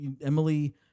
Emily